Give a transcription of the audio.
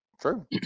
True